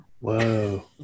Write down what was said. whoa